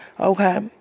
Okay